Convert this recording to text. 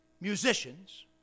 musicians